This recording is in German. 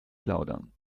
plaudern